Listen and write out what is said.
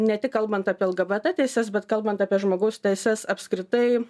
ne tik kalbant apie lgbt teises bet kalbant apie žmogaus teises apskritai